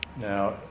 Now